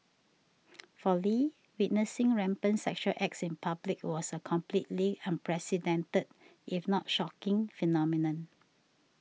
for Lee witnessing rampant sexual acts in public was a completely unprecedented if not shocking phenomenon